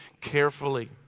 carefully